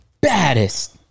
baddest